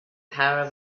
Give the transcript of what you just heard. power